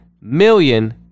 million